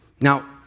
Now